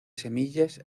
semillas